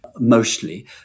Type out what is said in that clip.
Mostly